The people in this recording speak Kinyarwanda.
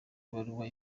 ibaruwa